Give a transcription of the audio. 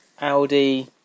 Audi